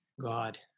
God